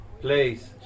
place